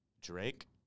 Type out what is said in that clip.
Drake